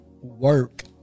work